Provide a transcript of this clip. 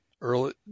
early